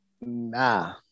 Nah